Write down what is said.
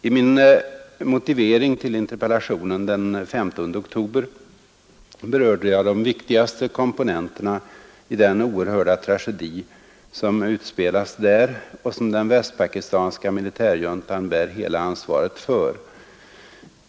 I min motivering till interpellationen den 15 oktober berörde jag de viktigaste komponenterna i den oerhörda tragedi som utspelas där och som den västpakistanska militärjuntan bär hela ansvaret för.